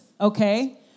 okay